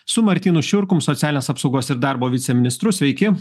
su martynu šiurkum socialinės apsaugos ir darbo viceministru sveiki